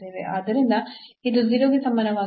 ಆದ್ದರಿಂದ ಇದು 0 ಗೆ ಸಮಾನವಾಗಿರುವ